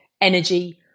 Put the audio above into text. energy